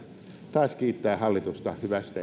taas kiittää hallitusta hyvästä